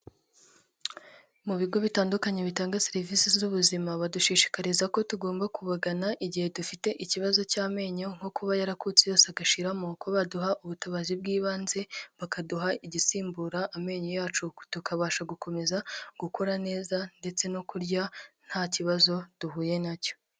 Mu bigo bitandukanye bitanga serivisi z'ubuzima badushishikariza ko tugomba kubagana igihe dufite ikibazo cy'amenyo nko kuba yarakutse yose agashiramo, ko baduha ubutabazi bw'ibanze bakaduha igisimbura amenyo yacu tukabasha gukomeza gukora neza ndetse no kurya nta kibazo duhuye na cyo.